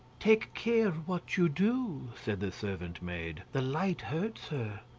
take care what you do, said the servant-maid the light hurts her,